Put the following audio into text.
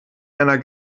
einer